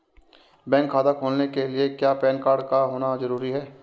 Bank खाता खोलने के लिए क्या पैन कार्ड का होना ज़रूरी है?